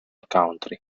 country